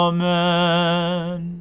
Amen